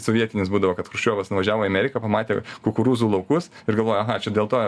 sovietinis būdavo kad chruščiovas nuvažiavo į ameriką pamatė kukurūzų laukus ir galvoja aha čia dėl to